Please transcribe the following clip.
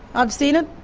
i've seen it,